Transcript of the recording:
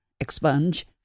expunge